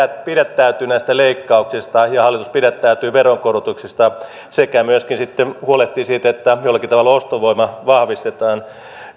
pidättäytyy näistä leikkauksista ja hallitus pidättäytyy veronkorotuksista sekä myöskin sitten huolehtii siitä että jollakin tavalla ostovoimaa vahvistetaan